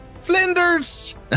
Flinders